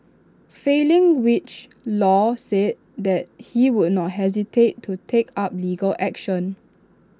failing which law said that he would not hesitate to take up legal action